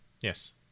Yes